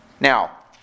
Now